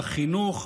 החינוך,